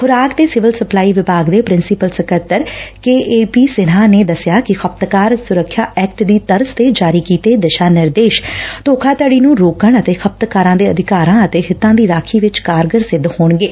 ਖੁਰਾਕ ਤੇ civil supply ਵਿਭਾਗ ਦੇ ਪ੍ਰਿੰਸੀਪਲ ਸਕੱਤਰ ਕੇਏਪੀ ਸਿਨਹਾ ਨੇ ਦੱਸਿਆ ਕਿ ਖਪਤਕਾਰ ਸੁਰੱਖਿਆ ਐਕਟ ਦੀ ਤਰਜ਼ ਤੇ ਜਾਰੀ ਕੀਤੇ ਦਿਸ਼ਾ ਨਿਰਦੇਸ਼ ਧੋਖਾਧਤੀ ਨੂੰ ਰੋਕਣ ਅਤੇ ਖਪਤਕਾਰਾਂ ਦੇ ਅਧਿਕਾਰਾਂ ਅਤੇ ਹਿੱਤਾਂ ਦੀ ਰਾਖੀ ਵਿਚ ਕਾਰਗਰ ਸਿੱਧ ਹੋਣਗੇ